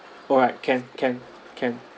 alright can can can